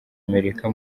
amerika